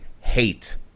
hate